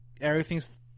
everything's